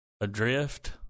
Adrift